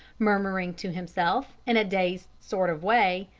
murmuring to himself, in a dazed sort of way,